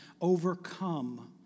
overcome